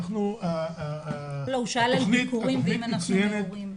התוכנית היא מצוינת,